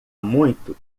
muito